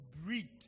breed